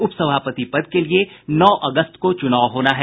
उप सभापति पद के लिये नौ अगस्त को चुनाव होना है